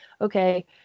Okay